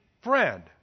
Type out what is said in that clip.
friend